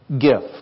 gift